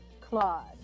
claude